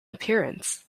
appearance